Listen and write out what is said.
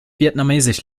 vietnamesisch